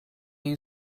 you